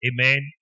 Amen